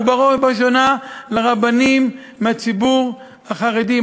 ובראש ובראשונה לרבנים מהציבור החרדי,